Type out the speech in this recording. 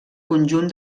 conjunt